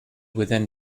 within